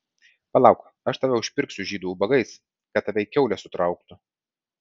palauk aš tave užpirksiu žydų ubagais kad tave į kiaulę sutrauktų